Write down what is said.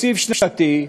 תקציב שנתי,